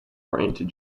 oriented